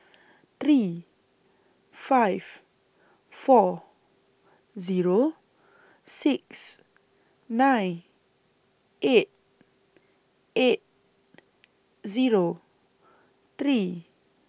three five four Zero six nine eight eight Zero three